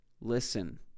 Listen